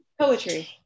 poetry